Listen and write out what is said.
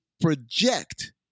project